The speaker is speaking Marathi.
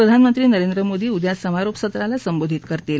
प्रधानमंत्री नरेंद्र मोदी उदया समारोप सत्राला संबोधित करतील